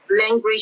language